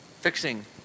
fixing